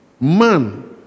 man